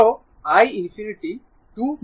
তো i ∞ 2 ampere হবে